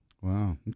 Wow